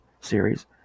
series